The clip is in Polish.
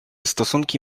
stosunki